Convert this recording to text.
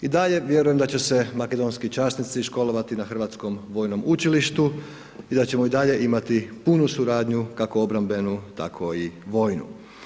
I dalje vjerujem da će se makedonski časnici školovati na Hrvatskom vojnom učilištu i da ćemo i dalje imati punu suradnju kako obrambenu tako i vojnu.